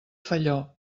felló